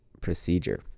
procedure